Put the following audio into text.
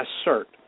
assert